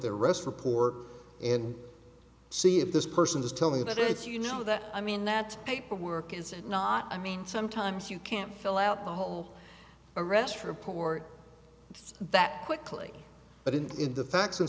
rest report and see if this person is telling you that it's you know that i mean that paperwork is not i mean sometimes you can't fill out the whole arrest report that quickly but in in the facts and